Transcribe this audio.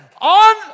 On